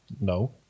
No